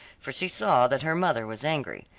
for she saw that her mother was angry.